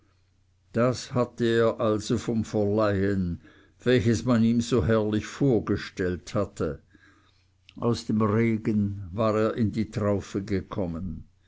das hatte er also vom verleihen welches man ihm so herrlich vorgestellt hatte aus dem regen war er unter die traufe gekommen